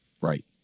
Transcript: Right